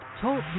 Talk